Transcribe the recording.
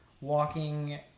walking